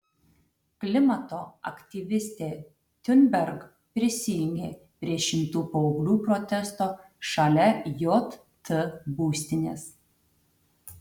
klimato aktyvistė thunberg prisijungė prie šimtų paauglių protesto šalia jt būstinės